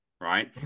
right